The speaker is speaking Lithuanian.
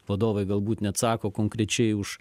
vadovai galbūt neatsako konkrečiai už